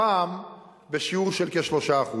הפעם בשיעור כ-3%.